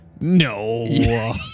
No